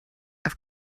auf